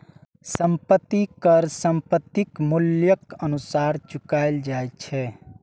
संपत्ति कर संपत्तिक मूल्यक अनुसार चुकाएल जाए छै